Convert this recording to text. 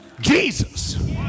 Jesus